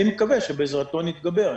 אני מקווה שבעזרתו נתגבר.